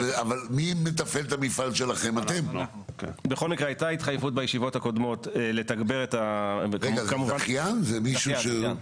בכל מקרה, צריך לקדם את העניין הזה.